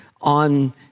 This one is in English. on